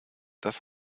das